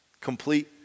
Complete